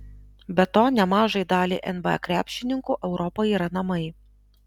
be to nemažai daliai nba krepšininkų europa yra namai